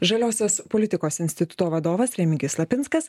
žaliosios politikos instituto vadovas remigijus lapinskas